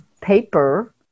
paper